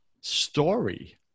story